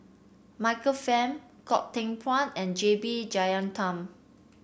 Michael Fam Goh Teck Phuan and J B Jeyaretnam